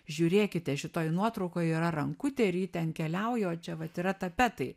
žiūrėkite šitoje nuotraukoj yra rankutė ir ji ten keliauja o čia vat yra tapetai